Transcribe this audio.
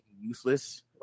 useless